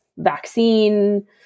vaccine